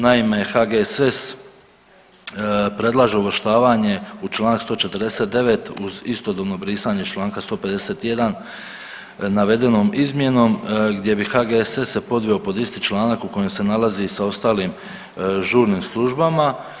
Naime HGSS predlaže uvrštavanje u čl. 149. uz istodobno brisanje čl. 151. navedenom izmjenom gdje bi HGSS se podveo pod isti članak u kojem se nalazi sa ostalim žurnim službama.